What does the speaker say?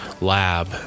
lab